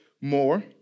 more